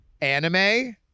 anime